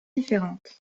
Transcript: différentes